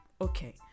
Okay